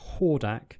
hordak